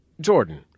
Jordan